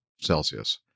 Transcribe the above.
Celsius